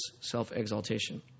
self-exaltation